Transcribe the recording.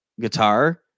guitar